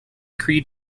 creed